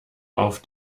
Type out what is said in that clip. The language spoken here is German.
auf